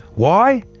why?